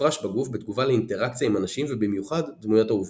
המופרש בגוף בתגובה לאינטראקציה עם אנשים ובמיוחד דמויות אהובות.